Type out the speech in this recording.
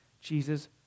Jesus